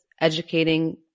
educating